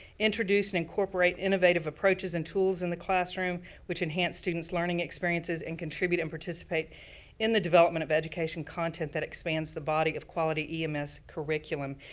introduce and incorporate innovative approaches and tools in the classroom which enhance students' learning experiences, and contribute and participate in the development of education content that expands the body of quality ems curriculum.